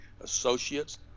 associates